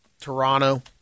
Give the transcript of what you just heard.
Toronto